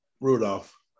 Rudolph